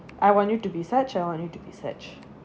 I want you to be such I want you to be such